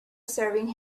serving